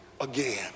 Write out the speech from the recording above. again